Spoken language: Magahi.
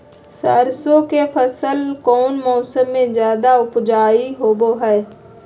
सरसों के फसल कौन मौसम में ज्यादा उपजाऊ होबो हय?